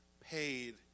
paid